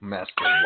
Master